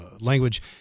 language